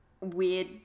weird